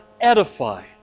edify